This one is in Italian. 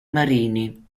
marini